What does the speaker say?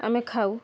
ଆମେ ଖାଉ